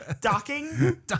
Docking